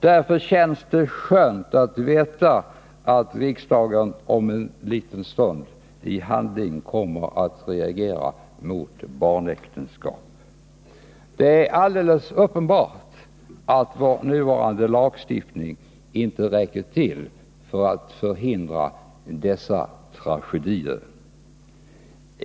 Därför känns det skönt att veta att riksdagen om en liten stund i handling kommer att reagera mot barnäktenskap. Det är alldeles uppenbart att vår nuvarande lagstiftning inte räcker till för att förhindra dessa tragedier.